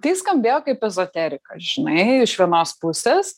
tai skambėjo kaip ezoterika žinai iš vienos pusės